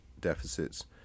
deficits